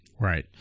Right